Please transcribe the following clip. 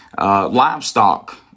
livestock